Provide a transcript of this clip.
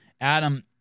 Adam